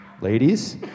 ladies